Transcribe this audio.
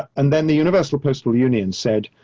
and then the universal postal union said,